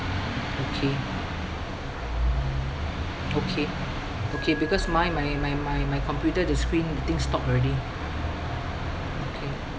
okay okay okay because mine my my my my computer the screen I think stop already okay